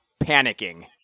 panicking